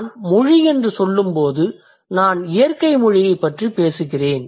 நான் மொழி என்று சொல்லும்போது நான் இயற்கை மொழியைப் பற்றி பேசுகிறேன்